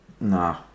Nah